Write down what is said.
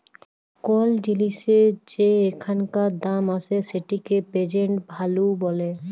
call জিলিসের যে এখানকার দাম আসে সেটিকে প্রেজেন্ট ভ্যালু ব্যলে